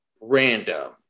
random